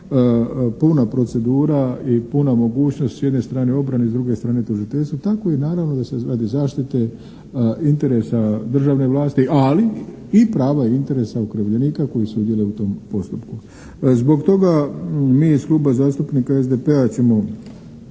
puna procedura i puna mogućnost s jedne strane obrane, s druge strane tužiteljstvo tako i naravno da se radi zaštite interesa državne vlasti ali i prava i interesa okrivljenika koji sudjeluje u tom postupku. Zbog toga mi iz Kluba zastupnika SDP-a ćemo